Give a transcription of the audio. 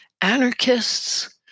anarchists